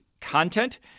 content